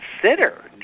consider